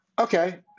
okay